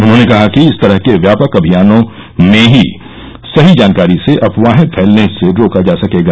उन्होंने कहा कि इस तरह के व्यापक अभियानों में ही सही जानकारी से अफवाहें फैलने से रोका जा सकेगा